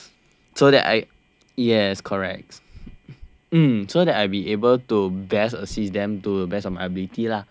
so that I yes correct mm so that I'll be able to best assist them to the best of my ability lah